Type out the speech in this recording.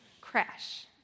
crash